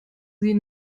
sie